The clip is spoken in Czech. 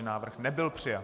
Návrh nebyl přijat.